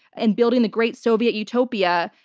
and building the great soviet utopia.